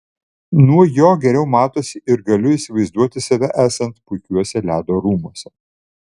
nuo jo geriau matosi ir galiu įsivaizduoti save esant puikiuose ledo rūmuose